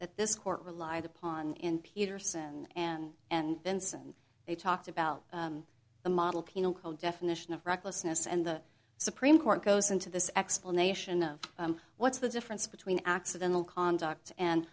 that this court relied upon in peterson and and thence and they talked about the model penal code definition of recklessness and the supreme court goes into this explanation of what's the difference between accidental conduct and